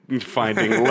finding